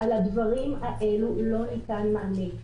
על הדברים האלו לא ניתן מענה.